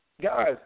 Guys